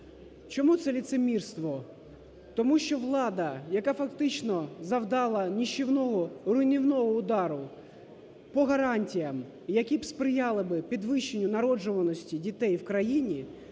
Чому це лицемірство? Тому що влада, яка, фактично, завдала нищівного, руйнівного удару по гарантіям, які б сприяли би підвищенню народжуваності дітей в країні,